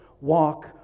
walk